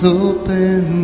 open